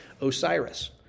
Osiris